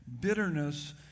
bitterness